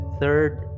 third